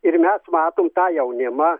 ir mes matom tą jaunimą